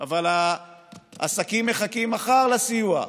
אבל העסקים מחכים מחר לסיוע.